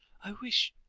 i wish